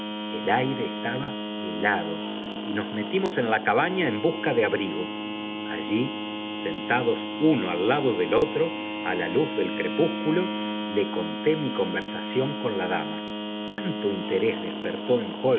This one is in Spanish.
el aire estaba helado y nos metimos en la cabaña en busca de abrigo allí sentados uno al tádo del otro á la luz del crepúsculo le conté mi conversación con la dama tanto interés despertó en